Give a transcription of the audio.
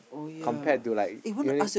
compared to like you think